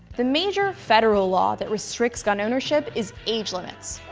the major federal law that restricts gun ownership is age limits.